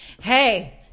hey